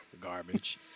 Garbage